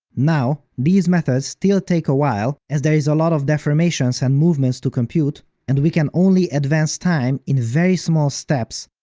now, these methods still take a while as there is a lot of deformations and movement to compute and we can only advance time in very small steps,